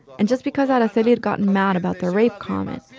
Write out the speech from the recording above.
and just because araceli had gotten mad about the rape comment,